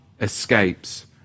escapes